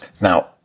now